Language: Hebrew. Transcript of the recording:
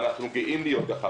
ואנחנו גאים להיות כך.